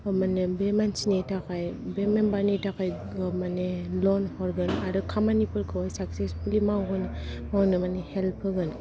बे मानसिनि थाखाय बे मेमबारनि थाखाय माने लन हरगोन आरो खामानिफोरखौ साक्सेसफुलि मावहोनो हेल्प होगोन